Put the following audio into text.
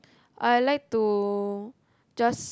I like to just